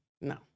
no